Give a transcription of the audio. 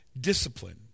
discipline